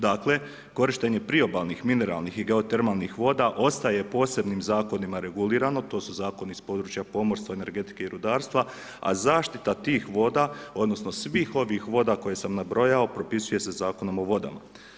Dakle, korištenje priobalnih mineralnih i geotermalnih voda, ostaje posebnim zakonima regulirano, to su zakoni iz područja pomorstva, energetike i rudarstva, a zaštita tih voda, odnosno, svih ovih voda koje sam nabrojao, propisuje se Zakonom o vodama.